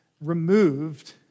removed